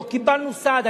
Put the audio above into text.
לא קיבלנו סעד.